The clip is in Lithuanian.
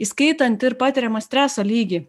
įskaitant ir patiriamą streso lygį